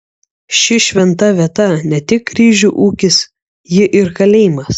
ši šventa vieta ne tik ryžių ūkis ji ir kalėjimas